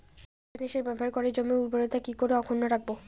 রাসায়নিক সার ব্যবহার করে জমির উর্বরতা কি করে অক্ষুণ্ন রাখবো